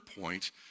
point